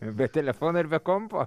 be telefono ir be kompo